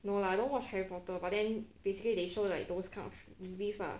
no lah I don't watch harry potter but then basically they show like those kind of movies lah